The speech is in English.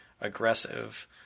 aggressive